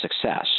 success